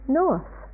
north